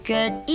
Good